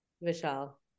Michelle